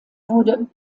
wurde